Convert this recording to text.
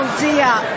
dear